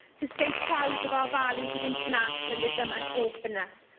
to stay proud of our values of internationalism and openness,